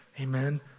Amen